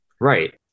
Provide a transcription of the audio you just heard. Right